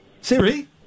Siri